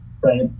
right